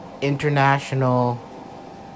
international